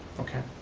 okay,